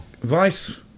Vice